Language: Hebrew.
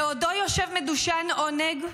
בעודו יושב מדושן עונג,